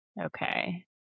Okay